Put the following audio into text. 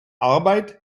arbeit